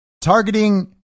targeting